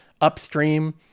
upstream